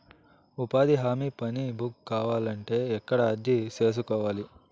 ఉపాధి హామీ పని బుక్ కావాలంటే ఎక్కడ అర్జీ సేసుకోవాలి?